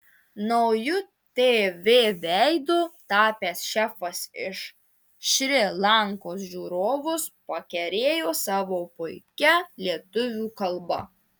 nauju tv veidu tapęs šefas iš šri lankos žiūrovus pakerėjo savo puikia lietuvių kalba